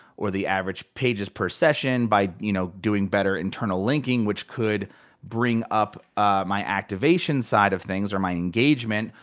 or the average pages per session by you know doing better internal linking, which could bring up my activation side of things, or my engagement,